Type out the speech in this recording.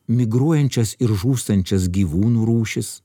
migruojančias ir žūstančias gyvūnų rūšis